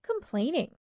complaining